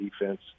defense